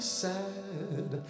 sad